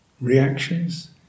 reactions